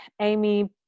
Amy